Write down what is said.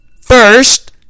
first